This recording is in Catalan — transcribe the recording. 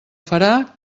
farà